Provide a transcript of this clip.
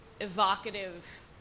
evocative